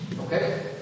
Okay